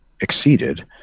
exceeded